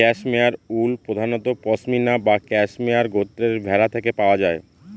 cashmere wool প্রধানত পসমিনা বা cashmere গোত্রের ভেড়া থেকে পাওয়া যায়